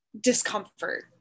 discomfort